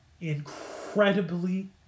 incredibly